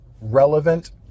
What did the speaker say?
relevant